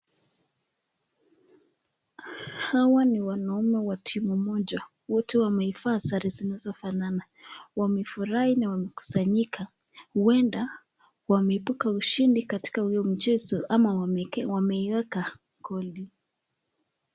Hawa ni wanaume wa timu moja, wote wameiva sare zinazofanana. Wamefurahi na wamekusanyika, huenda wameibuka ushindi katika hiyo mchezo ama wameiweka goli.